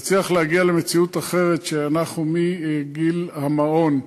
אם נצליח להגיע למציאות אחרת, שאנחנו מגיל המעון,